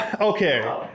Okay